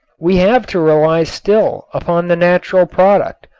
we have to rely still upon the natural product,